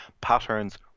patterns